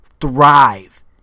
thrive